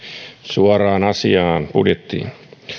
suoraan asiaan budjettiin